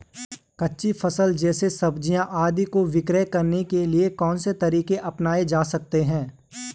कच्ची फसल जैसे सब्जियाँ आदि को विक्रय करने के लिये कौन से तरीके अपनायें जा सकते हैं?